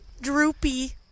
Droopy